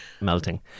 melting